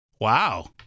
wow